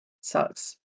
Sucks